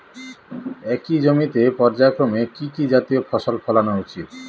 একই জমিতে পর্যায়ক্রমে কি কি জাতীয় ফসল ফলানো উচিৎ?